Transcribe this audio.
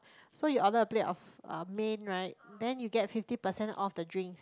so you order a plate of uh main right then you get fifty percent off the drinks